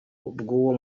bw’uwo